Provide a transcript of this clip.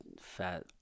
fat